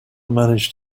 managed